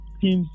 teams